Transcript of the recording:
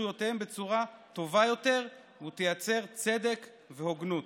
זכויותיהם בצורה טובה יותר ותיצור צדק והוגנות.